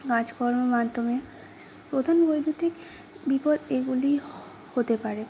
কাজকর্মের মাধ্যমে প্রথম বৈদ্যুতিক বিপদ এগুলি হতে পারে